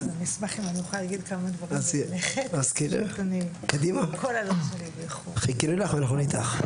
תודה רבה לך מכובדי היושב-ראש,